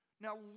Now